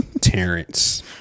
Terrence